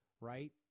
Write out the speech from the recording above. right